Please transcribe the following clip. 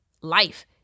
life